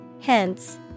Hence